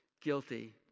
guilty